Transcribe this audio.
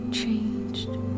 changed